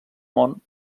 món